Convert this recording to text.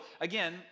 again